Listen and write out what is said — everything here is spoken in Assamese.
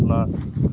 আপোনাৰ